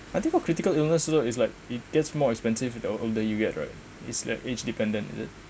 I think for critical illness you know it's like it gets more expensive the older you get right is like age dependent is it